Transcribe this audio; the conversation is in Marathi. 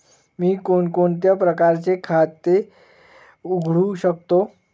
मी कोणकोणत्या प्रकारचे खाते उघडू शकतो?